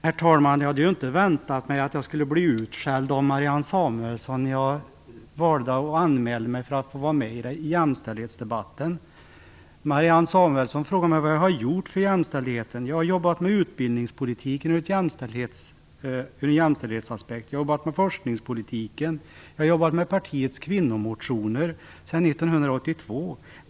Herr talman! Jag hade ju inte väntat mig att jag skulle bli utskälld av Marianne Samuelsson när jag valde att anmäla mig till jämställdhetsdebatten. Marianne Samuelsson frågar vad jag har gjort för jämställdheten. Jag har jobbat med utbildningspolitiken ur jämställdhetsaspekt. Jag har jobbat med forskningspolitiken. Jag har jobbat med partiets kvinnomotioner sedan 1982.